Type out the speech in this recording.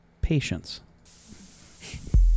patience